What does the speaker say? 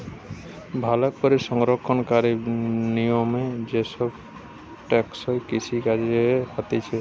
ভালো করে সংরক্ষণকারী নিয়মে যে সব টেকসই কৃষি কাজ হতিছে